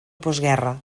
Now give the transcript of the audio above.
postguerra